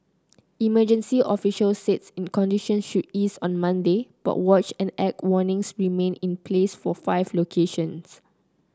emergency officials said in conditions should ease on Monday but watch and act warnings remained in place for five locations